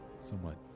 somewhat